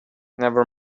never